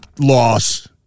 loss